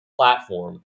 platform